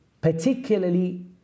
Particularly